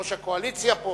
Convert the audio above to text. ראש הקואליציה פה.